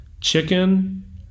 chicken